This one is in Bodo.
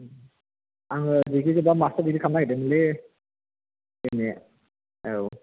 आङो डिग्री जोबबा मास्टार डिग्री खालामनो नागिरदोंमोनलै एम ए औ